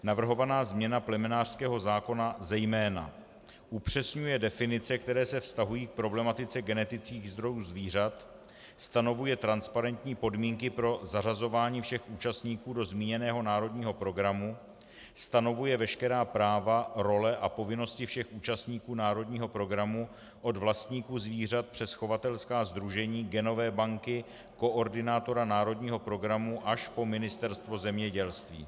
Navrhovaná změna plemenářského zákona zejména upřesňuje definice, které se vztahují k problematice genetických zdrojů zvířat, stanovuje transparentní podmínky pro zařazování všech účastníků do zmíněného národního programu, stanovuje veškerá práva, role a povinnosti všech účastníků národního programu od vlastníků zvířat přes chovatelská sdružení, genové banky, koordinátora národního programu až po Ministerstvo zemědělství.